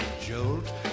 Jolt